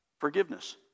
Forgiveness